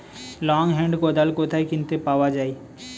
Long hand কোদাল কোথায় কিনতে পাওয়া যায়?